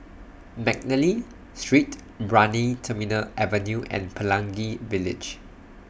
Mcnally Street Brani Terminal Avenue and Pelangi Village